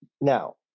now